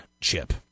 chip